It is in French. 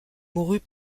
mourut